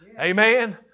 Amen